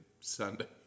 Sunday